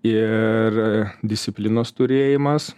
ir disciplinos turėjimas